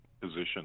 position